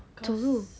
走路